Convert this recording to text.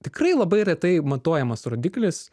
tikrai labai retai matuojamas rodiklis